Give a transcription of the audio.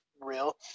real